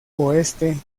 oeste